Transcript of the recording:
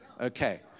Okay